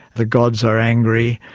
the gods are angry.